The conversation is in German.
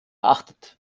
achtet